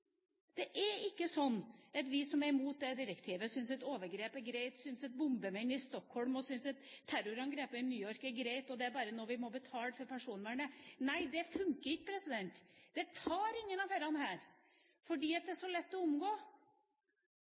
har erkjent ikke funker. Det er ikke slik at vi som er mot direktivet, syns at overgrep er greit, syns at bombemenn i Stockholm og terrorangrepene i New York er greit, og at det bare er noe vi må betale for personvernet. Nei, det funker ikke, det tar ingen av disse, for det er så lett å omgå.